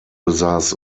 besaß